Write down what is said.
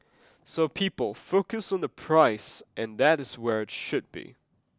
so people focus on the price and that is where it should be